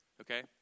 okay